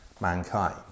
mankind